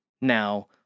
Now